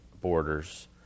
borders